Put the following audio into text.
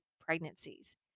pregnancies